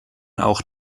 auch